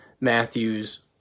Matthew's